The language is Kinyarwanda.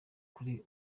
kuri